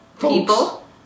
people